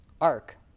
arc